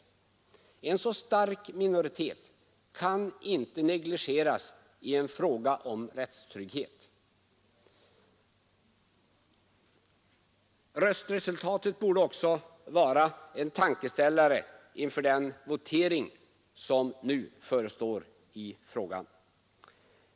En så stark minoritet kan inte negligeras i en fråga om rättstrygghet. Röstresultatet borde också vara en tankeställare inför den votering som nu förestår i frågan.